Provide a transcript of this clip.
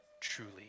truly